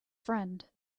friend